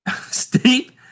Steve